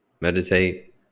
meditate